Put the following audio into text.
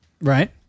Right